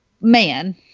man